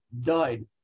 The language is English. died